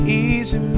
easy